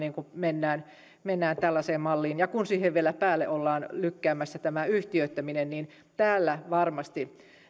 mennään mennään tällaiseen malliin ja kun siihen vielä päälle ollaan lykkäämässä tämä yhtiöittäminen niin täällä varmasti